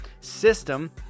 system